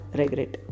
regret